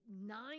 nine